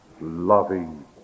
loving